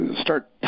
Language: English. start